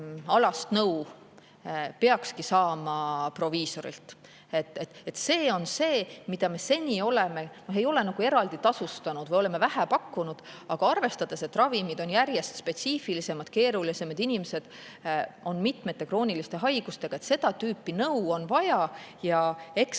nõu peakski saama proviisorilt. See on see, mida me seni ei ole eraldi tasustanud või oleme vähe pakkunud, aga arvestades, et ravimid on järjest spetsiifilisemad, keerulisemad, inimesed on mitmete krooniliste haigustega, on seda tüüpi nõu vaja. Ja ma